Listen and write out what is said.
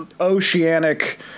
oceanic